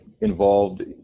involved